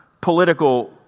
political